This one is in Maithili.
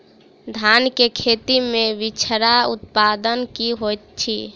धान केँ खेती मे बिचरा उत्पादन की होइत छी?